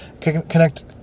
connect